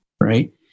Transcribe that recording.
Right